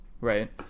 right